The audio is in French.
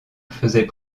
faisait